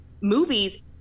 movies